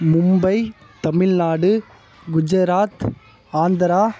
Mumbai Tamil Nadu Gujarat Andhra